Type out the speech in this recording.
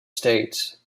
states